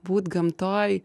būt gamtoj